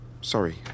Sorry